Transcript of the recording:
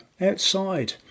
outside